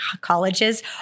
colleges